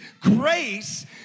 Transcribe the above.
grace